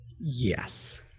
Yes